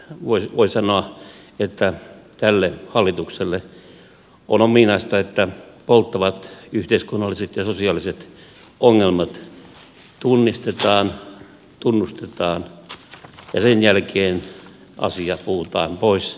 kärjistäen voi sanoa että tälle hallitukselle on ominaista että polttavat yhteiskunnalliset ja sosiaaliset ongelmat tunnistetaan tunnustetaan ja sen jälkeen asia puhutaan pois päiviltä